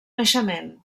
naixement